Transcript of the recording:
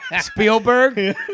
Spielberg